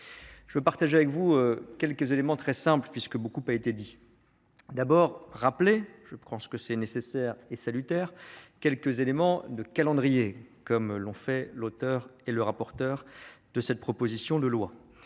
Je veux partager avec vous quelques éléments très simples, puisque beaucoup a déjà été dit. Tout d’abord, je veux rappeler, parce que c’est nécessaire et salutaire, quelques éléments de calendrier, comme l’ont fait l’auteur et le rapporteur de cette proposition de loi.